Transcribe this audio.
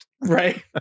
right